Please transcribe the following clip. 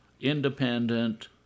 independent